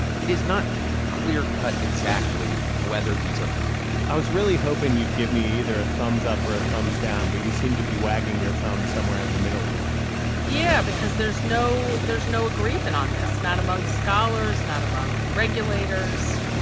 it is not clear-cut exactly whether these are gambling i was really hoping you'd give me either a thumbs-up or a thumbs-down, but you seem to be wagging your thumb somewhere in the middle here yeah, because there's no there's no agreement on this not among scholars, not among regulators.